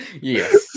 yes